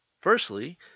Firstly